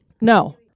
No